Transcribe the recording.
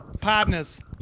Partners